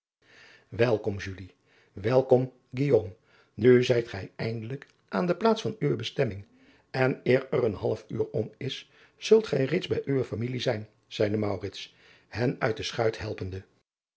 elkom welkom nu zijt gij eindelijk aan de plaats van uwe bestemming en eer er een half uur om is zult gij reeds bij uwe familie zijn zeide hen uit de schuit helpende